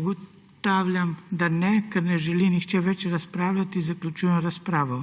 Ugotavljam, da ne. Ker ne želi nihče več razpravljati, zaključujem razpravo.